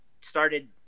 started